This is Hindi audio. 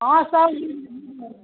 हाँ